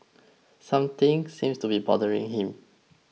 something seems to be bothering him